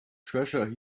treasure